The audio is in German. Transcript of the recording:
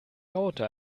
raute